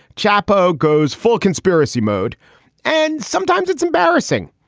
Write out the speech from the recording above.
chapo goes full conspiracy mode and sometimes it's embarrassing.